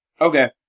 Okay